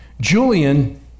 Julian